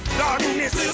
darkness